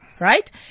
Right